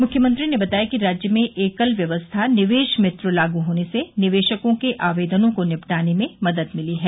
मुख्यमंत्री ने बताया कि राज्य में एकल व्यवस्था निवेश मित्र लागू होने से निवेशकों के आवेदनों को निपटाने में मदद मिली है